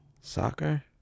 soccer